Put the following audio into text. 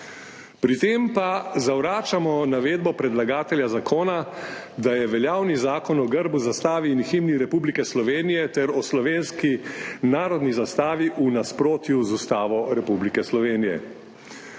Pri tem pa zavračamo navedbo predlagatelja zakona, da je veljavni Zakon o grbu, zastavi in himni Republike Slovenije ter o slovenski narodni zastavi v nasprotju z Ustavo Republike Slovenije.